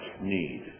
need